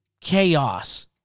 chaos